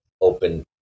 open